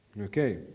Okay